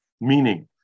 meaning